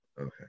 Okay